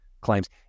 claims